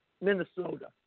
Minnesota